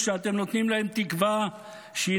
כשאתם נותנים להם תקווה שהינה,